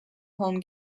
home